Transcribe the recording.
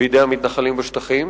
בידי המתנחלים בשטחים,